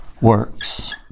works